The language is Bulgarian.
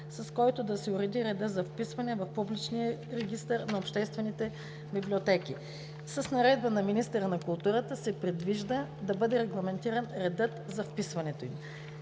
с който да се уреди редът за вписване в Публичния регистър на обществените библиотеки. С наредба на министъра на културата се предвижда да бъде регламентиран редът за вписване им.